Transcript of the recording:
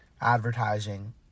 advertising